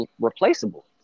replaceable